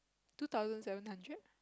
two thousand seven hundred